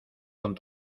con